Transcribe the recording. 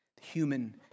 human